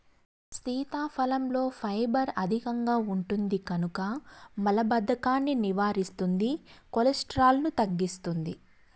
సీతాఫలంలో ఫైబర్ అధికంగా ఉంటుంది కనుక మలబద్ధకాన్ని నివారిస్తుంది, కొలెస్ట్రాల్ను తగ్గిస్తుంది